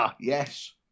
yes